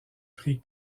prix